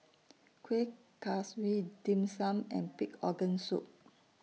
Kuih Kaswi Dim Sum and Pig Organ Soup